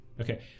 Okay